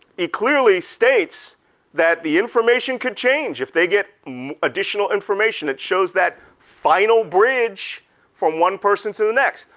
it clearly states that the information could change if they get additional information that shows that final bridge from one person to the next.